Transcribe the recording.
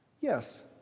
Yes